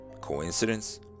Coincidence